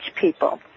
people